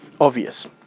obvious